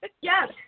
Yes